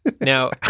Now